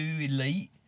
elite